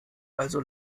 also